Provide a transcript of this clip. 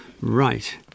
Right